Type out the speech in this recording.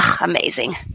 Amazing